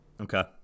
Okay